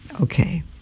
Okay